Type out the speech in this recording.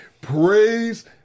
praise